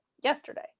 yesterday